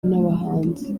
n’abahanzi